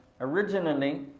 Originally